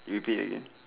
repeat again